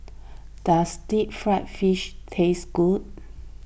does Deep Fried Fish taste good